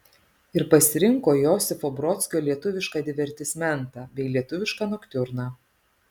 ir pasirinko josifo brodskio lietuvišką divertismentą bei lietuvišką noktiurną